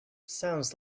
sounds